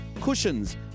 cushions